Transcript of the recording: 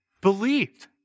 believed